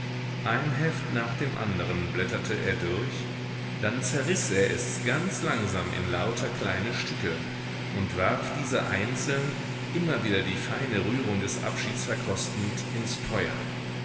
ein heft nach dem anderen blätterte er durch dann zerriß er es ganz langsam in lauter kleine stücke und warf diese einzeln immer wieder die feine rührung des abschieds verkostend ins feuer